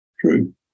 true